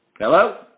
Hello